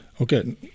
Okay